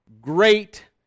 great